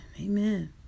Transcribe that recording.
Amen